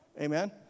Amen